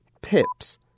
Pips